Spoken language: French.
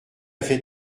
fait